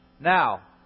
Now